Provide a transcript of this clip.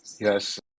Yes